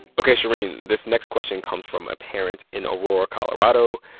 ok, shereen. this next question comes from a parent in aurora, colo. ah so